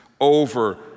over